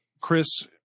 Chris